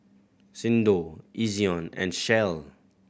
Xndo Ezion and Shell